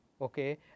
okay